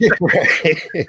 Right